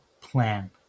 plan